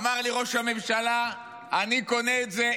אמר לי ראש הממשלה: אני קונה את זה,